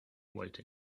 waiting